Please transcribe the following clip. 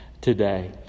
today